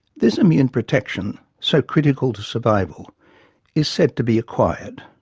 this immune protection so critical to survival is said to be acquired.